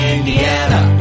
Indiana